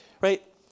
Right